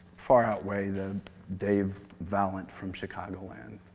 far outweigh the dave valent from chicago end.